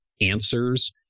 answers